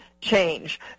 change